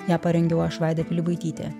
ją parengiau aš vaida pilibaitytė